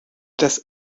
das